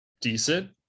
decent